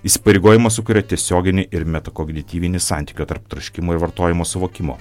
įsipareigojimas sukuria tiesioginį ir metakognityvinį santykio tarp troškimo ir vartojimo suvokimo